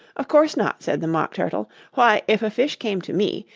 of course not said the mock turtle why, if a fish came to me,